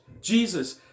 Jesus